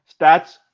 stats